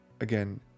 again